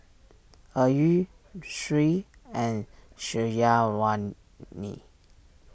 Ayu Sri and Syazwani